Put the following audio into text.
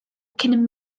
cyn